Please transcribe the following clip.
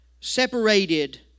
separated